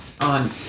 on